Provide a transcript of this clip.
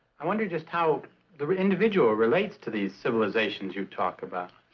i wonder just how the individual relates to these civilization you talk about.